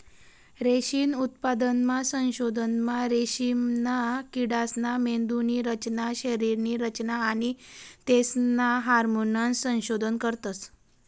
रेशीम उत्पादनना संशोधनमा रेशीमना किडासना मेंदुनी रचना, शरीरनी रचना आणि तेसना हार्मोन्सनं संशोधन करतस